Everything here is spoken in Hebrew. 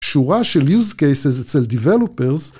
שורה של יוז קייסס אצל דיבלופרס